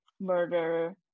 murder